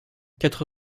quatre